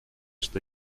что